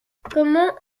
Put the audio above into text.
comment